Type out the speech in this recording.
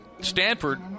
Stanford